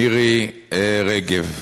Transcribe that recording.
מירי רגב.